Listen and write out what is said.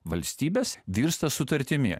valstybės virsta sutartimi